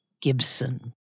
Gibson